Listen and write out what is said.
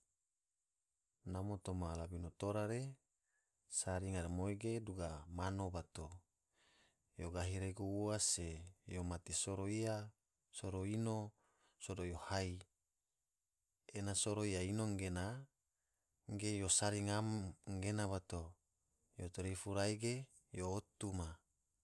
Namo toma labino tora re sari ngaramoi ge duga mano bato, yo gahi regu ua se yo mati soro iya, soro ino sodo yo hai, ena soro iya ino gena yo sari ngam gena bato, yo tarifu rai ge yo otu ma'.